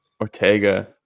Ortega